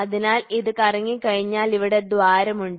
അതിനാൽ ഇത് കറങ്ങിക്കഴിഞ്ഞാൽ ഇവിടെ ദ്വാരം ഉണ്ട്